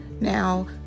Now